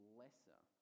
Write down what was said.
lesser